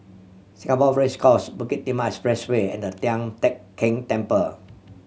Singapore Race Course Bukit Timah Expressway and Tian Teck Keng Temple